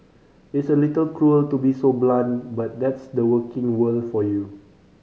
it's a little cruel to be so blunt but that's the working world for you